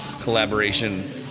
collaboration